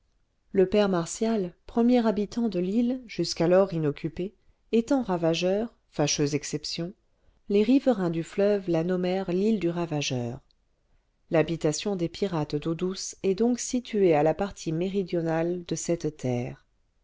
le père martial premier habitant de l'île jusqu'alors inoccupée étant ravageur fâcheuse exception les riverains du fleuve la nommèrent l'île du ravageur l'habitation des pirates d'eau douce est donc située à la partie méridionale de cette terre